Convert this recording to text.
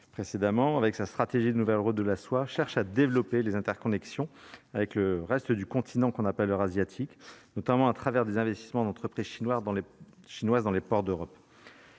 précédemment avec sa stratégie de nouvelles routes de la soie, cherche à développer les interconnexions avec le reste du continent, qu'on appelle eurasiatique, notamment à travers des investissements d'entreprises chinoises dans Les chinoise